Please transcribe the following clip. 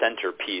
centerpiece